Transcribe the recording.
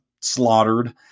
slaughtered